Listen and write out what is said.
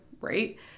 right